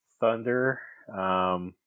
Thunder